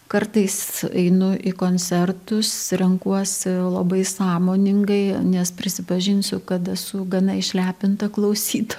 kartais einu į koncertus renkuosi labai sąmoningai nes prisipažinsiu kad esu gana išlepinta klausyt